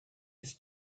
his